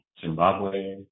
Zimbabwe